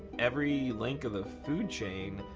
every link of the food chain,